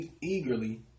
eagerly